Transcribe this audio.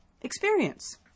experience